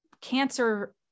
cancer